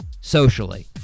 socially